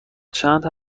چند